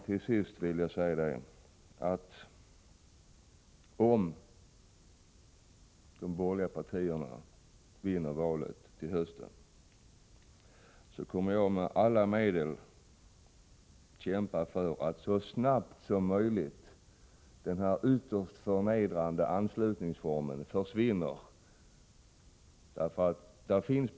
Till sist vill jag säga, att om de borgerliga partierna vinner valet till hösten, kommer jag att med alla medel kämpa för att denna ytterst förnedrande anslutningsform försvinner så snart som möjligt.